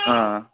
आं